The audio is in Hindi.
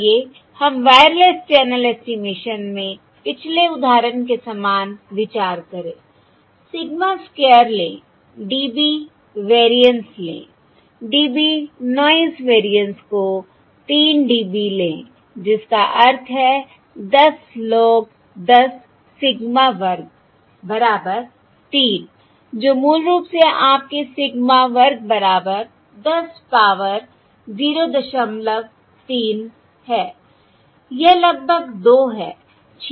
आइए हम वायरलेस चैनल एस्टिमेशन में पिछले उदाहरण के समान विचार करें सिग्मा स्क्वायर ले dB वेरिएंस ले dB नॉयस वेरिएंस को 3 dB ले जिसका अर्थ है 10 log 10 सिग्मा वर्ग बराबर तीन जो मूल रूप से आपके सिग्मा वर्ग बराबर 10 पावर 03 है यह लगभग 2 है ठीक है